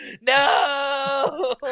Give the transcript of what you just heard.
No